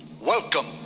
welcome